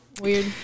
weird